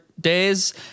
days